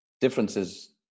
differences